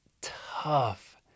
tough